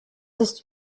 ist